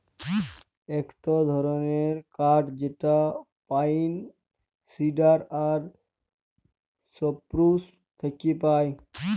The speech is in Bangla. ইকটো ধরণের কাঠ যেটা পাইন, সিডার আর সপ্রুস থেক্যে পায়